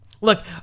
Look